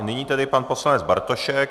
Nyní tedy pan poslanec Bartošek.